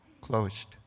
closed